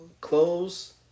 clothes